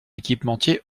équipementiers